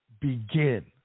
begin